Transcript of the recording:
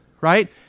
right